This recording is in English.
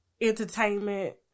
entertainment